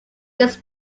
this